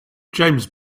james